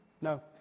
No